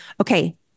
Okay